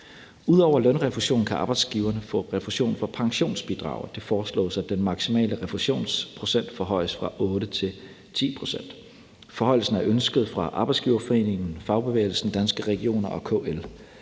Ud over lønrefusion kan arbejdsgiverne få refusion for pensionsbidraget. Det foreslås, at den maksimale refusionsprocent forhøjes fra 8 til 10 pct. Forhøjelsen er ønsket fra Dansk Arbejdsgiverforening, Fagbevægelsens Hovedorganisation, Danske Regioner og KL.